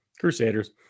Crusaders